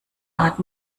art